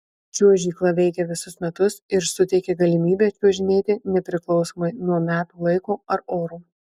čiuožykla veikia visus metus ir suteikia galimybę čiuožinėti nepriklausomai nuo metų laiko ar oro